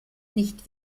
nicht